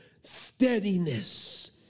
steadiness